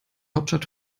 hauptstadt